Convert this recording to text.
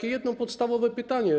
Mam jedno podstawowe pytanie.